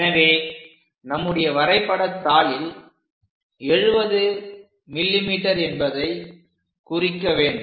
எனவே நம்முடைய வரைபடதாளில் 70 mm என்பதை குறிக்க வேண்டும்